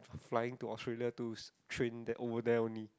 flying to Australia to train there over there only